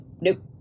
nope